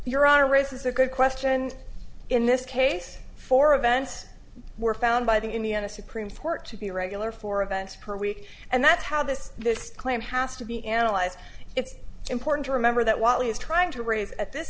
your honor raises a good question in this case for events were found by the indiana supreme court to be regular four events per week and that's how this this claim has to be analyzed it's important to remember that while he is trying to raise at this